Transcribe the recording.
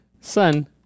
Sun